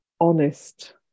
honest